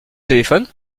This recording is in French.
téléphone